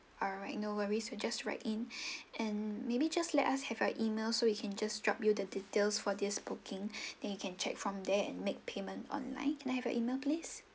alright no worries we will just write in and maybe just let us have a email so we can just drop you the details for this booking then you can check from there and make payments online can I have your email please